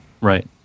Right